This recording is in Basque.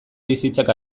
bizitzak